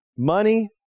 Money